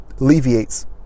alleviates